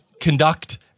conduct